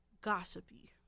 gossipy